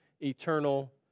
eternal